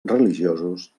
religiosos